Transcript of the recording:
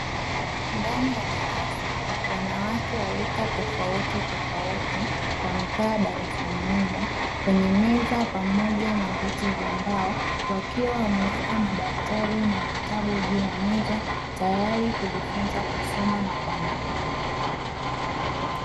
Ndani ya darasa wanawake wa rika tofautitofauti wamekaa darasani humo kwenye meza pamoja na viti vya mbao, wakiwa wameweka madaftari na vitabu juu ya meza tayari kujifunza kusoma na kuandika.